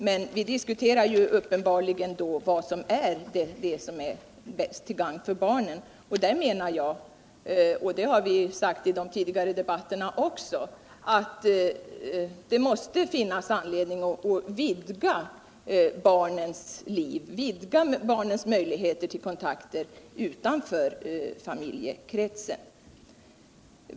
Men när vi diskuterar vad som bäst gagnar barnen så menar jag — och vi har också sagt detta i tidigare debatter —- att det måste finnas anledning att vidga barnens möjligheter till kontakter utanför familjekretsen.